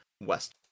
west